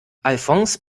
alfons